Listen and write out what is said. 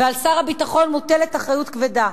ועל שר הביטחון מוטלת אחריות כבדה.